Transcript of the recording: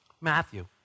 Matthew